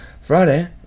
Friday